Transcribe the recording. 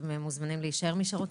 אתם מוזמנים להישאר, מי שרוצה.